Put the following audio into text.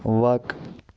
وق